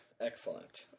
Excellent